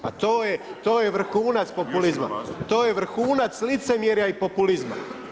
Pa to je vrhunac populizma, to je vrhunac licemjera i populizma.